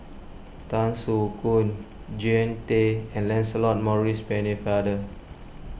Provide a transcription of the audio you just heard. Tan Soo Khoon Jean Tay and Lancelot Maurice Pennefather